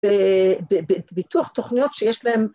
‫ביטוח תוכניות שיש להן...